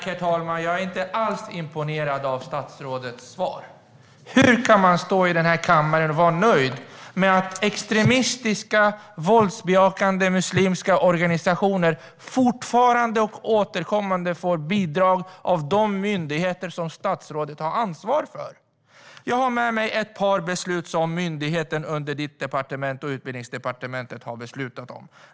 Herr talman! Jag är inte alls imponerad av statsrådets svar. Hur kan man stå i den här kammaren och vara nöjd med att extremistiska, våldsbejakande muslimska organisationer fortfarande och återkommande får bidrag av de myndigheter som statsrådet har ansvar för? Jag har med mig exempel på ett par beslut som myndigheten under statsrådets departement och utbildningsdepartementet har beslutat om.